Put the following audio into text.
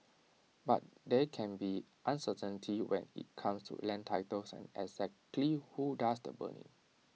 but there can be uncertainty when IT comes to land titles and exactly who does the burning